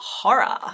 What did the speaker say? horror